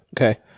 Okay